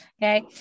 Okay